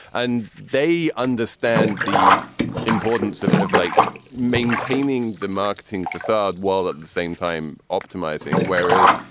and they understand the importance of of like maintaining the marketing facade while at the same time optimizing, whereas